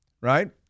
right